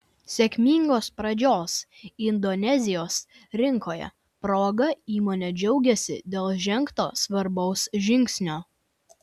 sėkmingos pradžios indonezijos rinkoje proga įmonė džiaugiasi dėl žengto svarbaus žingsnio